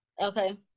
Okay